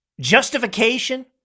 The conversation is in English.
Justification